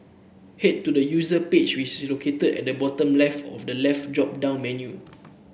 head to the User page which is located at the bottom left of the left drop down menu